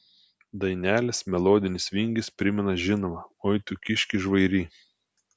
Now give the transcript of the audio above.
dainelės melodinis vingis primena žinomą oi tu kiški žvairy